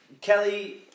Kelly